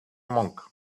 monk